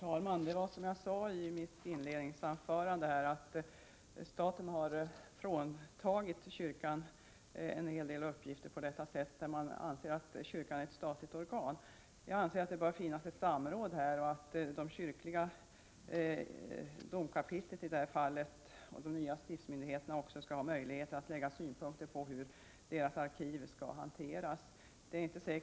Herr talman! Som jag sade i mitt inledningsanförande har staten fråntagit kyrkan en hel del uppgifter på detta område, där man anser att kyrkan har ställning som statlig myndighet. Jag menar att det bör ske ett samråd i sådana sammanhang och att domkapitlen och de nya stiftsmyndigheterna skall ha möjlighet att anlägga synpunkter på hur deras arkiv skall hanteras.